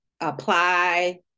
apply